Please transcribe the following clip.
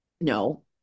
no